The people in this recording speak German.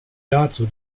dazu